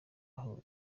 aho